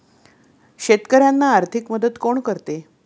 शेतकऱ्यांना आर्थिक मदत कोण करते?